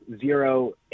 zero